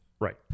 Right